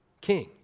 king